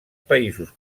països